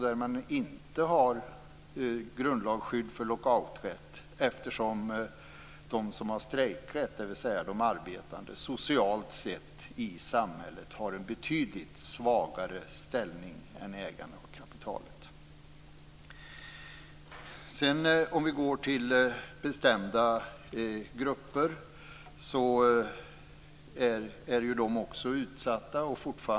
De har inget grundlagsskydd för lockouträtten eftersom de som har strejkrätt, dvs. de arbetande, socialt sett har en betydligt svagare ställning i samhället än ägarna av kapitalet. Låt oss sedan gå över till bestämda grupper i samhället. De är ju också utsatta.